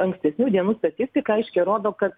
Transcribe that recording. ankstesnių dienų statistika aiškiai rodo kad